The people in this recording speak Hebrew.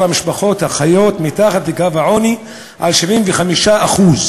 המשפחות החיות מתחת לקו העוני על 75%;